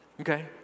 Okay